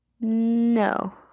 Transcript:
no